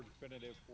definitive